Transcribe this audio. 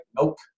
nope